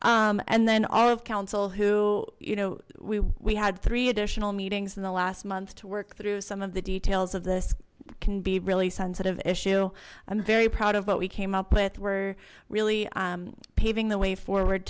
discussions and then all of counsel who you know we had three additional meetings in the last month to work through some of the details of this can be really sensitive issue i'm very proud of what we came up with were really paving the way forward